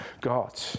God